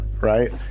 right